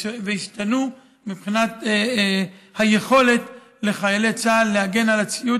והן השתנו מבחינת היכולת של חיילי צה"ל להגן על הציוד